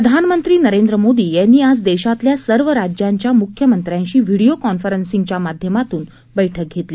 प्रधानमंत्री नरेंद्र मोदी यांनी आज देशातल्या सर्व राज्यांच्या मुख्यमंत्र्यांशी व्हिडिओ कॉन्फरन्सच्या माध्यमातून बैठक धेतली